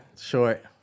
Short